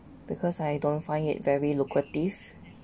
because I don't find it very lucrative